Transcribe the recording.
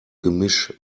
gemisch